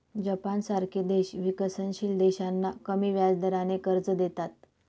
जपानसारखे देश विकसनशील देशांना कमी व्याजदराने कर्ज देतात